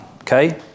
okay